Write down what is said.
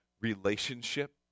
relationship